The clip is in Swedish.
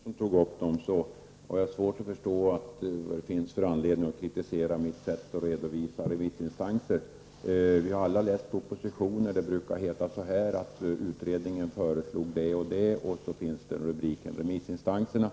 Herr talman! Jag har svårt att förstå att det finns anledning att kritisera mitt sätt att redovisa remissinstanser. Vi har alla läst propositioner, och i dem brukar det stå så här: Utredningen föreslog det och det. Därefter återfinns rubriken Remissinstanserna.